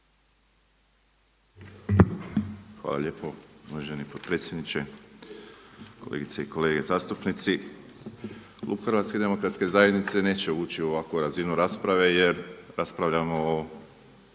Hvala lijepo uvaženi potpredsjedniče, kolegice i kolege zastupnici. Klub HDZ-a neće ući u ovakvu razinu rasprave jer raspravljamo o